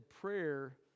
prayer